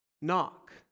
Knock